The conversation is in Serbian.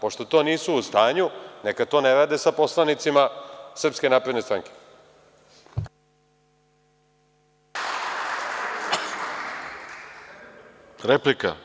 Pošto to nisu u stanju, neka to ne rade sa poslanicima SNS-a. (Balša Božović, s mesta: Replika!